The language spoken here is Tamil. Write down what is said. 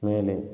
மேலே